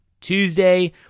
Tuesday